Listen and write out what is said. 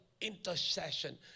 Intercession